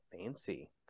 Fancy